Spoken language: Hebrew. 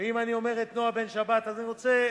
ואם אני אומר נועה בן-שבת אז אני רוצה,